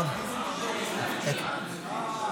התשפ"ג 2023, לא נתקבלה.